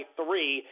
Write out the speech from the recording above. three